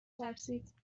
ترسید